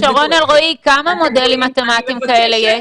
ד"ר שרון אלרעי, כמה מודלים מתמטיים יש?